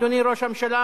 אדוני ראש הממשלה,